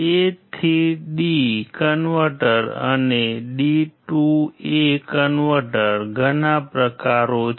એ થી D converter અને D to A કન્વર્ટરના ઘણા પ્રકારો છે